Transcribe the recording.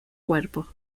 cuerpo